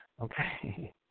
Okay